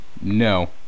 No